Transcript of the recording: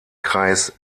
kreis